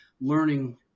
learning